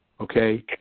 Okay